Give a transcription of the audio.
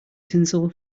tinsel